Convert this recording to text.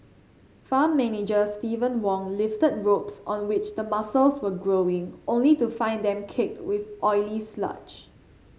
farm manager Steven Wong lifted ropes on which the mussels were growing only to find them caked with oily sludge